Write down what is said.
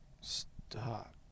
Stop